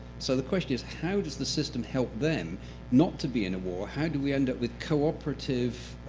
so the question is, how does the system help them not to be in a war? how do we end up with cooperative